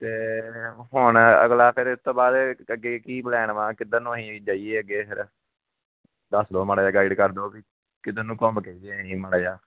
ਅਤੇ ਹੁਣ ਅਗਲਾ ਫਿਰ ਉਸ ਤੋਂ ਬਾਅਦ ਅੱਗੇ ਕੀ ਪਲੈਨ ਵਾ ਕਿੱਧਰ ਨੂੰ ਅਸੀਂ ਜਾਈਏ ਅੱਗੇ ਫਿਰ ਦੱਸ ਦਿਉ ਮਾੜਾ ਜਿਹਾ ਗਾਈਡ ਕਰ ਦਿਉ ਕਿ ਕਿੱਧਰ ਨੂੰ ਘੁੰਮ ਕੇ ਆਈਏ ਮਾੜਾ ਜਿਹਾ